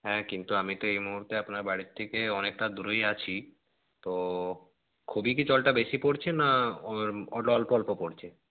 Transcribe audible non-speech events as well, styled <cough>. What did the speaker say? হ্যাঁ কিন্তু আমি তো এই মুহূর্তে আপনার বাড়ির থেকে অনেকটা দূরেই আছি তো খুবই কি জলটা বেশি পড়ছে না <unintelligible> ওটা অল্প অল্প পড়ছে